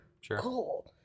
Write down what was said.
sure